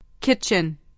Kitchen